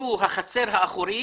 שזו החצר האחורית